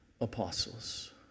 apostles